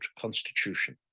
constitution